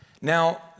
Now